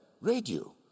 radio